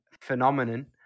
phenomenon